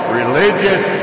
religious